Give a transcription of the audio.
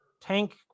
tank